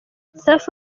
safi